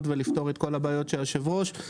ולפתור את כל הבעיות שהיושב-ראש ציין,